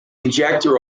injector